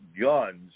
guns